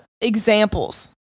examples